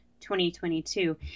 2022